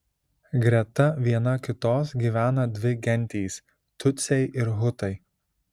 greta viena kitos gyvena dvi gentys tutsiai ir hutai